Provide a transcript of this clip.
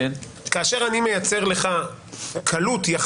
איקס אני בוחר לא להגיש כתב אישום אבל אני כן הולך להליך- -- או